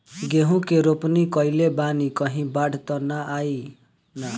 गेहूं के रोपनी कईले बानी कहीं बाढ़ त ना आई ना?